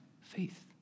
faith